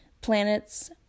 planets